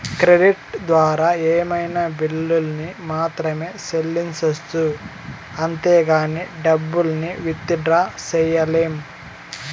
credit ద్వారా ఏమైనా బిల్లుల్ని మాత్రమే సెల్లించొచ్చు అంతేగానీ డబ్బుల్ని విత్ డ్రా సెయ్యలేం